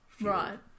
Right